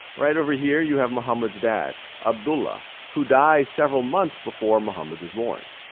right over here, you have muhammad's dad, adbullah, who dies several months before muhammad is born.